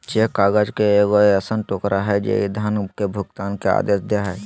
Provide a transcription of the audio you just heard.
cheque काग़ज़ के एगो ऐसन टुकड़ा हइ जे धन के भुगतान के आदेश दे हइ